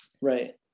Right